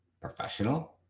Professional